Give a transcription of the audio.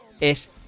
es